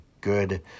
good